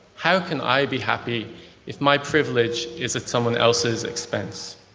how can i be happy if my privilege is at someone else's expense?